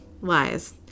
Lies